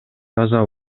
таза